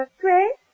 three